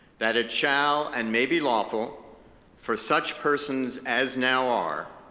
that it shall and may be lawful for such persons as now are,